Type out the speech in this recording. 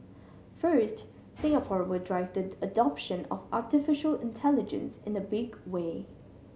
first Singapore will drive the adoption of artificial intelligence in the big way